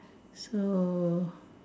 so